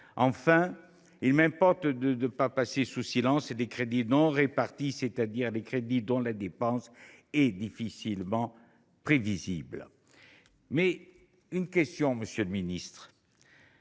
Enfin, il m’importe de ne pas passer sous silence les crédits non répartis, c’est à dire les crédits dont la dépense est difficilement prévisible. Une question, messieurs